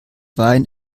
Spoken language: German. wein